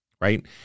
right